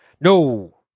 No